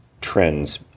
trends